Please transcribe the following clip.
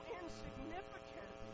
insignificant